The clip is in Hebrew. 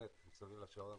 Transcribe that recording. באמת מסביב לשעון